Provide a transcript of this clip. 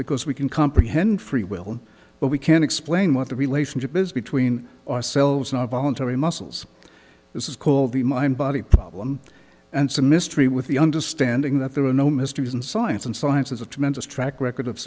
because we can comprehend free will but we can't explain what the relationship is between ourselves and our voluntary muscles this is called the mind body problem and some mystery with the understanding that there are no mysteries in science and science has a tremendous track record of